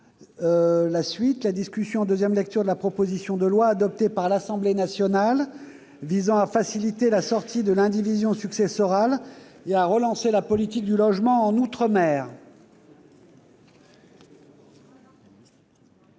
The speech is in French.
appelle la discussion en deuxième lecture de la proposition de loi, adoptée par l'Assemblée nationale, visant à faciliter la sortie de l'indivision successorale et à relancer la politique du logement en outre-mer